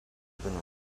been